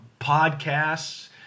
Podcasts